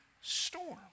storm